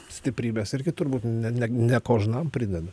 stiprybės irgi turbūt ne ne ne kožnam prideda